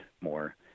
more